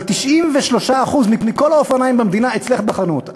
אבל 93% מכל האופניים במדינה אצלך בחנות,